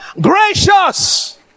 Gracious